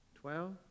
Twelve